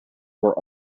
were